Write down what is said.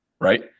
right